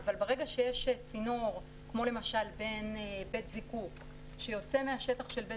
אבל ברגע שיש צינור כמו למשל בין בית זיקוק שיוצא מהשטח של בית